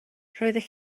roeddech